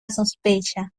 sospecha